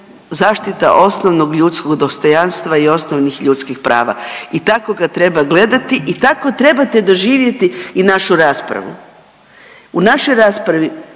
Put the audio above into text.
zaštita osnovnog ljudskog dostojanstva i osnovnih ljudskih prava. I tako ga treba gledati i tako trebate doživjeti i našu raspravu. U našoj raspravi